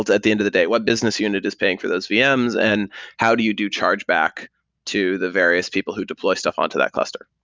at the end of the day, what business unit is paying for those vm's and how do you do chargeback to the various people who deploy stuff on to that cluster?